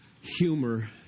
humor